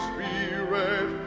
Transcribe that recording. Spirit